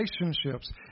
relationships